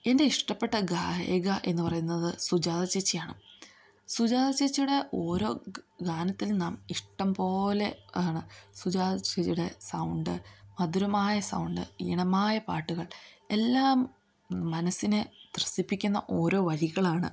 എൻ്റെ ഇഷ്ടപ്പെട്ട ഗായിക എന്നു പറയുന്നത് സുജാത ചേച്ചിയാണ് സുജാത ചേച്ചിയുടെ ഓരോ ഗാനത്തിനും നാം ഇഷ്ടം പോലെ ആണ് സുജാത ചേച്ചിയുടെ സൗണ്ട് മധുരമായ സൗണ്ട് ഈണമായ പാട്ടുകൾ എല്ലാം മനസ്സിനെ ത്രസിപ്പിക്കുന്ന ഓരോ വരികളാണ്